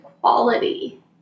quality